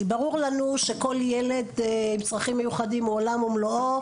כי ברור לנו שכל ילד עם צרכים מיוחדים הוא עולם ומלואו,